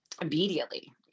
immediately